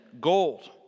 gold